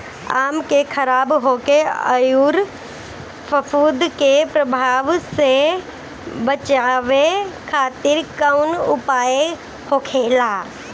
आम के खराब होखे अउर फफूद के प्रभाव से बचावे खातिर कउन उपाय होखेला?